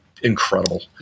incredible